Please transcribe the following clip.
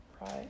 Right